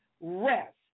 rest